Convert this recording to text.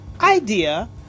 idea